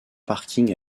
parking